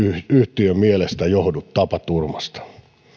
yhtiön mielestä johdu tapaturmasta